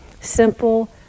Simple